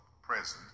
present